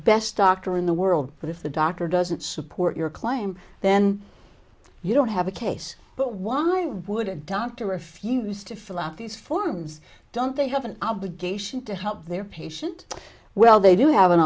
best doctor in the world but if the doctor doesn't support your claim then you don't have a case but why would a doctor refused to fill out these forms don't they have an obligation to help their patient well they do have an